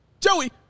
Joey